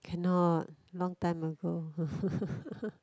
cannot long time ago